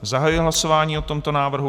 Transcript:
Zahajuji hlasování o tomto návrhu.